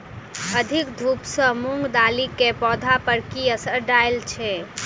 अधिक धूप सँ मूंग दालि केँ पौधा पर की असर डालय छै?